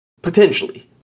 Potentially